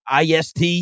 IST